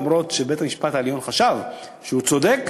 למרות שבית-המשפט העליון חשב שהוא צודק,